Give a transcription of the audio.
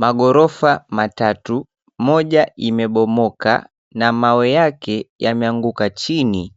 Maghorofa matatu moja imebomoka na mawe yake yameanguka chini